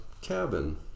cabin